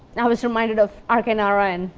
and i was reminded of r k. narayan,